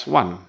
one